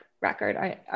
record